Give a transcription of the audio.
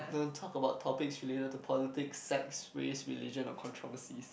don't talk about topics related to politics sex race religion or controversies